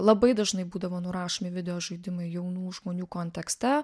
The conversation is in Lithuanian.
labai dažnai būdavo nurašomi video žaidimai jaunų žmonių kontekste